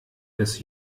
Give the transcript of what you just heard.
des